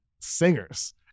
singers